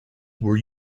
were